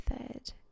method